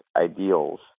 ideals